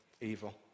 evil